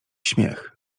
śmiech